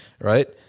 right